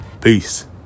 Peace